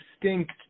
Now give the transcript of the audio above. distinct